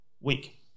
week